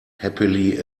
happily